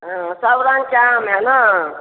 हँ सब रङ्गके आम हए ने